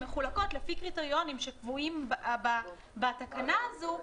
שמחולקות לפי קריטריונים שקובעים בתקנה הזו,